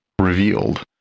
revealed